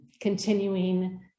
continuing